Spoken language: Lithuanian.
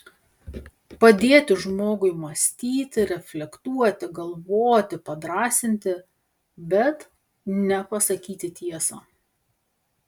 padėti žmogui mąstyti reflektuoti galvoti padrąsinti bet ne pasakyti tiesą